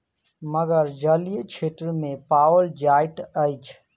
मगर जलीय क्षेत्र में पाओल जाइत अछि